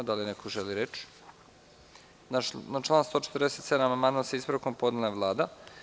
Da li neko želi reč? (Ne.) Na član 147. amandman, sa ispravkom, podnela je Vlada.